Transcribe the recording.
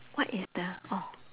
what is the oh